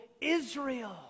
Israel